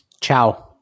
Ciao